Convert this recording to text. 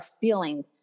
feeling